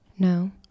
No